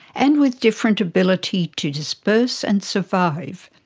and with different ability to disperse and survive,